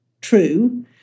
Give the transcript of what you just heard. True